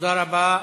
תודה רבה.